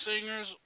singers